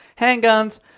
handguns